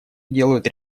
делают